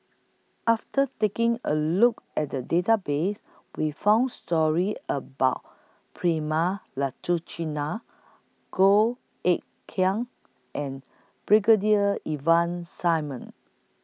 after taking A Look At The Database We found stories about Prema Goh Eck Kheng and Brigadier Ivan Simson